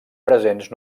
presents